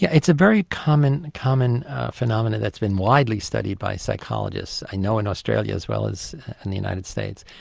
yeah it's a very common common phenomenon that's been widely studied by psychologists, i know, in australia as well as in the united states.